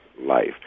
life